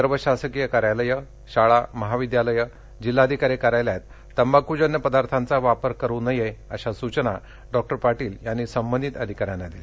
सर्व शासकीय कार्यालये शाळा महाविद्यालयं जिल्हाधिकारी कार्यालयात तंबाखुजन्य पदार्थांचा वापर करू नये अशा सूचना डॉक्टर पाटील यांनी संबंधित अधिकाऱ्यांना यावेळी दिल्या